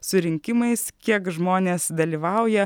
su rinkimais kiek žmonės dalyvauja